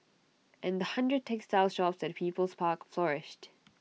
and the hundred textile shops at people's park flourished